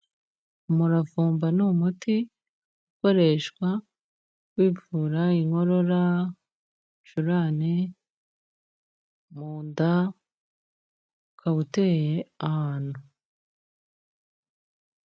Umuravumba ni umuti ukoreshwa wivura inkorora, ibicurane, mu nda, ukaba uteye ahantu.